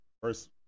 First